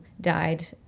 died